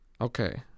Okay